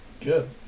Good